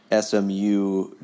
smu